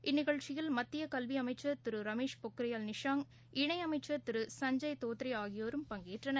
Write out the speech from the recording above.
இந்நிகழ்ச்சியல் மத்தியகல்விஅமைச்சர் திருரமேஷ் பொக்ரியால் நிஷாய் இணைஅமைச்சர் திரு சஞ்ஜய் தோத்ரேஆகியோரும் பங்கேற்றனர்